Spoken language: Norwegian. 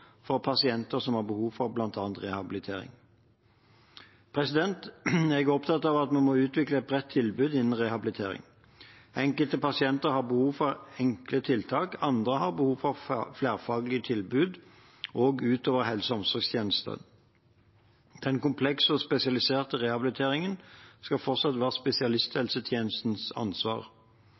pasienter som har behov for bl.a. rehabilitering. Jeg er opptatt av at vi må utvikle et bredt tilbud innen rehabilitering. Enkelte pasienter har behov for enkle tiltak, andre har behov for flerfaglig tilbud, også utover helse- og omsorgstjenesten. Den komplekse og spesialiserte rehabiliteringen skal fortsatt være spesialisthelsetjenestens ansvar.